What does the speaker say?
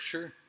Sure